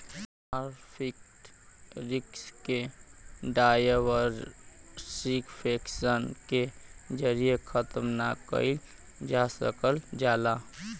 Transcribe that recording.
market risk के diversification के जरिये खत्म ना कइल जा सकल जाला